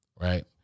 right